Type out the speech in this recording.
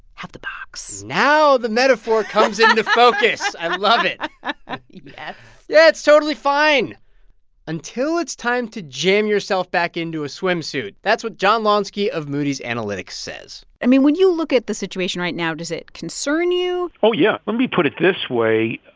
have the box now the metaphor comes into focus i love it yes yeah, it's totally fine until it's time to jam yourself back into a swimsuit. that's what john lonski of moody's analytics says i mean, when you look at the situation right now, does it concern you? oh, yeah. let me put it this way.